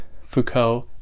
Foucault